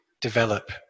develop